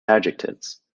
adjectives